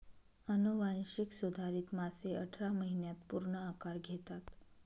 अनुवांशिक सुधारित मासे अठरा महिन्यांत पूर्ण आकार घेतात